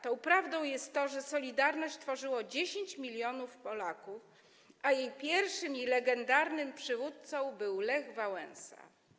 Tą prawdą jest to, że „Solidarność” tworzyło 10 mln Polaków, a jej pierwszym i legendarnym przywódcą był Lech Wałęsa.